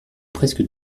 presque